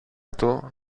του